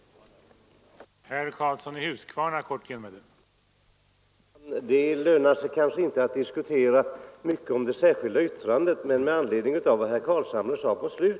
Dessa kvacksalvare hade sin största tid då, och jag ser det faktiskt som en tilltagande konservatism att de tre borgerliga partierna kan föra fram samma svärmeri som den gången hade sådan marknad.